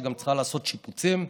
שגם צריכה לעשות שיפוצים,